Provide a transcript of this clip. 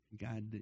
God